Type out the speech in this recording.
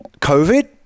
covid